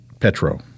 Petro